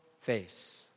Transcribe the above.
face